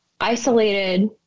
isolated